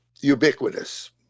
ubiquitous